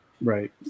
right